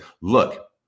look